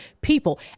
people